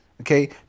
Okay